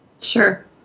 Sure